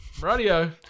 Radio